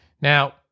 Now